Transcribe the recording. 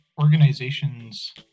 organizations